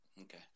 Okay